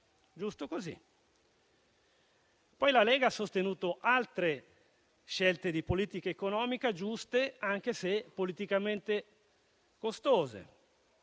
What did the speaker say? Poi la Lega ha sostenuto altre scelte di politica economica giuste, anche se politicamente costose,